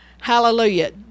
hallelujah